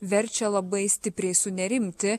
verčia labai stipriai sunerimti